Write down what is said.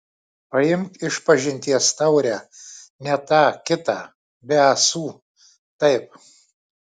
paimk išpažinties taurę ne tą kitą be ąsų taip